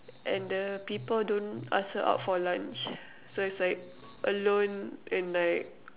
and the people don't ask her out for lunch so it's like alone and like